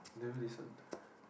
never listen